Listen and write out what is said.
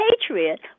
patriot